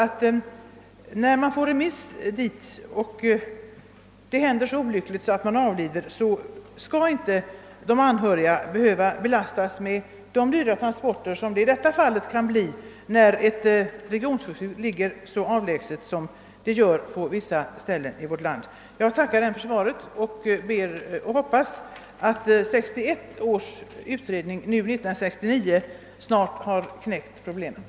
Ty när remiss utfärdas och det går så olyckligt att patienten avlider skall inte de anhöriga belastas med de dryga kostnader som kan uppstå för hemtransporten, eftersom regionsjukhuset ligger så långt från patientens hemort. Jag tackar än en gång för svaret och hoppas att 1961 års sjukförsäkringsutredning nu, år 1969, snart skall ha knäckt problemet.